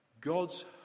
God's